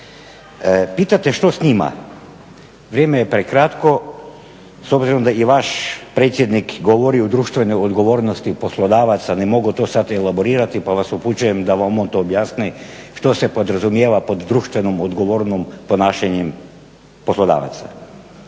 Pitate što s njima? Vrijeme je prekratko s obzirom da i vaš predsjednik govori o društvenoj odgovornosti poslodavaca, ne mogu to sada elaborirati pa vas upućujem da vam on to objasni što se podrazumijeva pod društveno odgovornom ponašanju poslodavaca.